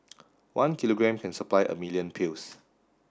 one kilogram can supply a million pills